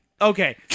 Okay